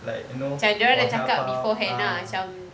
like you know or help out ah